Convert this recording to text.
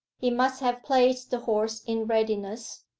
he must have placed the horse in readiness,